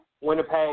Winnipeg